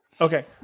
Okay